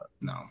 No